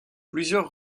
plusieurs